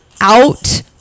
out